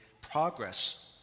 progress